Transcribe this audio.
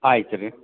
ಆಯ್ತು ರೀ